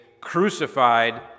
crucified